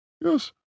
Yes